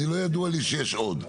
לא ידוע לי עוד.